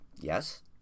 yes